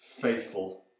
faithful